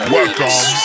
Welcome